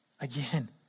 again